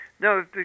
No